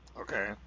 Okay